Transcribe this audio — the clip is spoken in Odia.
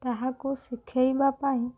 ତାହାକୁ ଶିଖେଇବା ପାଇଁ